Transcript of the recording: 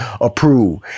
approve